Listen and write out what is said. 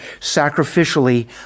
sacrificially